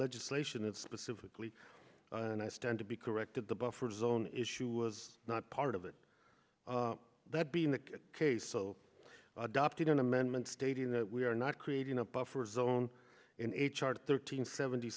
legislation it specifically and i stand to be corrected the buffer zone issue was not part of it that being the case so adopted an amendment stating that we are not creating a buffer sewn in a chart thirteen seventy